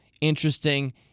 interesting